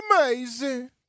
amazing